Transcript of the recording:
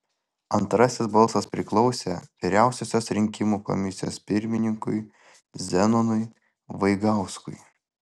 antrasis balsas priklausė vyriausiosios rinkimų komisijos pirmininkui zenonui vaigauskui